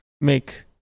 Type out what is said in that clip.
make